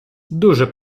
дуже